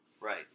right